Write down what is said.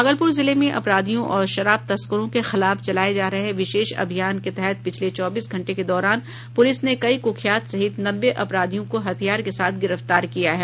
भागलपुर जिले में अपराधियों और शराब तस्करों के खिलाफ चलाये जा रहे विशेष अभियान के तहत पिछले चौबीस घंटे के दौरान पुलिस ने कई कुख्यात सहित नब्बे अपराधियों को हथियार के साथ गिरफ्तार किया है